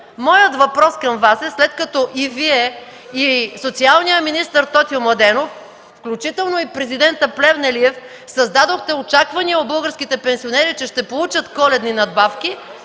е изтекло): след като и Вие, и социалният министър Тотю Младенов, включително и президентът Плевнелиев създадохте очаквания в българските пенсионери, че ще получат коледни надбавки